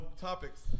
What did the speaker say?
topics